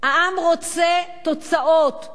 העם רוצה תוצאות,